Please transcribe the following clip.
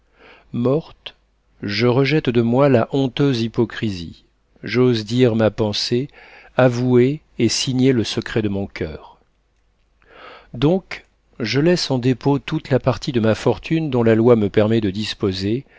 morte je rejette de moi la honteuse hypocrisie j'ose dire ma pensée avouer et signer le secret de mon coeur donc je laisse en dépôt toute la partie de ma fortune dont la loi me permet de disposer